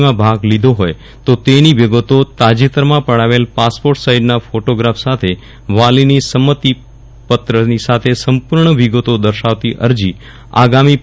માં ભાગ લીધો હોય તો તેની વિગતો અને તાજેતરમાં પડાવેલ પાસપોર્ટ સાઈઝનો ફોટોગ્રાફસ વાલીની સંમતિપત્ર સાથેની સંપૂર્ણ વિગતો દર્શાવતી અરજી આગામી તા